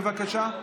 בבקשה.